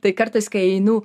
tai kartais kai einu